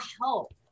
help